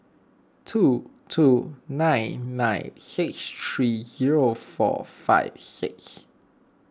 two two nine nine six three zero four five six